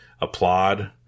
applaud